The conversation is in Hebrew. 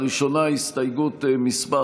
הראשונה היא הסתייגות מס'